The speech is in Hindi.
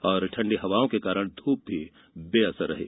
इन ठंडी हवाओं के कारण धूप भी बेअसर रही